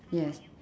yes